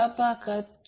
हा प्रॉब्लेम आहे